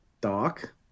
Doc